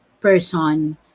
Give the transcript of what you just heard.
person